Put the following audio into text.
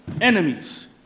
Enemies